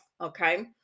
okay